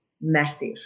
massive